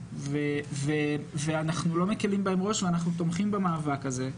חשובות ואנחנו לא מקלים בהן ראש ואנחנו תומכים במאבק הזה,